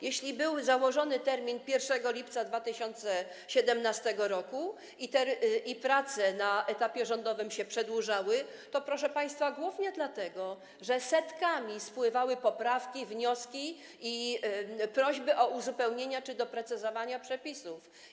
Jeśli wyznaczono termin na 1 lipca 2017 r. i prace na etapie rządowym się przedłużały, to proszę państwa, głównie dlatego, że setkami spływały poprawki, wnioski i prośby o uzupełnienie czy doprecyzowanie przepisów.